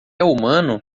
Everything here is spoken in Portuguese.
humano